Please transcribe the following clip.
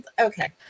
Okay